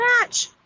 match